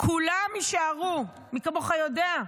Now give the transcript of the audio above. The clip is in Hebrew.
כולם יישארו, מי כמוך יודע.